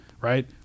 Right